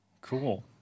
Cool